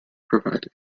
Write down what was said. provide